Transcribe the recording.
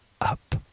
up